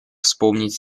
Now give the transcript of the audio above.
вспомнить